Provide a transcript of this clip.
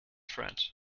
friend